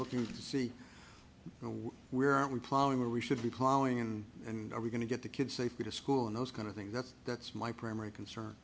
looking to see why we aren't we plowing where we should be plowing in and are we going to get the kids safely to school and those kind of thing that's that's my primary concern